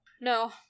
No